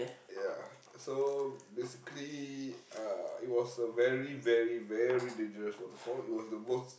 yeah so basically uh it was a very very very dangerous waterfall it was the most